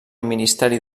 ministeri